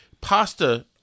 pasta